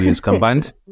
combined